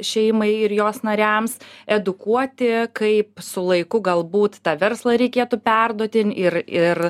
šeimai ir jos nariams edukuoti kaip su laiku galbūt tą verslą reikėtų perduoti ir ir